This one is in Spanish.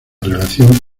relación